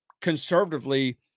conservatively